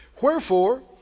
wherefore